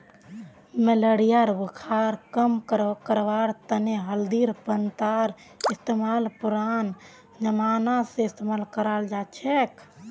malaria बुखारक कम करवार तने हल्दीर पत्तार इस्तेमाल पुरना जमाना स इस्तेमाल कराल जाछेक